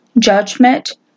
judgment